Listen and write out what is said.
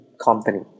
company